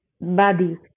Body